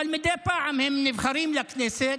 אבל מדי פעם הם נבחרים לכנסת,